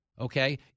okay